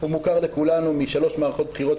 שמוכר לכולנו משלוש מערכות בחירות,